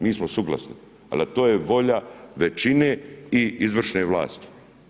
Mi smo suglasni ali to je volja većine i izvršne vlasti.